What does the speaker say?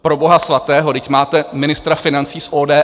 Pro boha svatého, vždyť máte ministra financí z ODS!